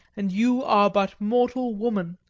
and you are but mortal woman.